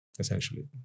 Essentially